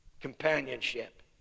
Companionship